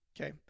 Okay